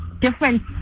different